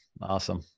Awesome